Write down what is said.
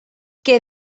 que